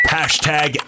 Hashtag